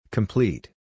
Complete